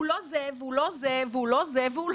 הוא לא זה והוא לא זה והוא לא זה,